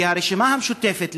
כי הרשימה המשותפת,